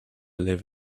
live